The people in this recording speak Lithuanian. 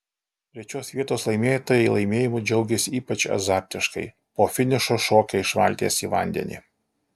trečios vietos laimėtojai laimėjimu džiaugėsi ypač azartiškai po finišo šokę iš valties į vandenį